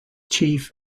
chief